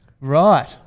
Right